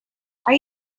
are